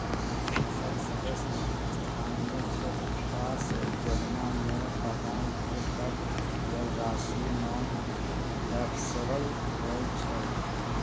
संसद सदस्य स्थानीय क्षेत्र विकास जोजना में प्रदान कएल गेल राशि नॉन लैप्सबल होइ छइ